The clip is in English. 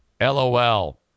LOL